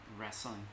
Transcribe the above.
wrestling